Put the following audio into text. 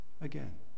again